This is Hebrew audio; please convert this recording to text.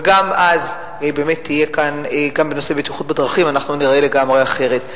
וגם אז תהיה כאן תוספת של בטיחות בדרכים ואנחנו ניראה לגמרי אחרת.